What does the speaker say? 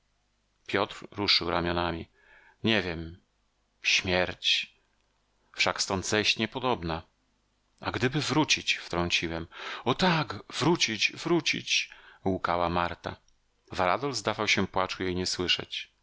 piotr ruszył ramionami nie wiem śmierć wszak stąd zejść nie podobna a gdyby wrócić wtrąciłem o tak wrócić wrócić łkała marta varadol zdawał się płaczu jej nie słyszeć